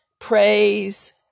praise